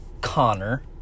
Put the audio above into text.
Connor